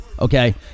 Okay